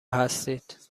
هستید